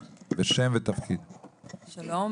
שלום,